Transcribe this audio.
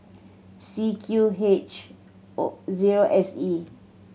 C Q H O zero S E